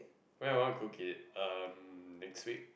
when I want to cook it um next week